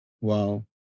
Wow